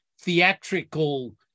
theatrical